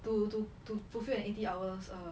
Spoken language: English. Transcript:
to to to fulfill an eighty hours err